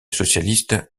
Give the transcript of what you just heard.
socialiste